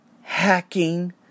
hacking